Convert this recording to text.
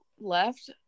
left